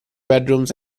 bedrooms